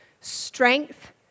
Strength